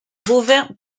bovins